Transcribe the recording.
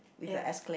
ya